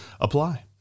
apply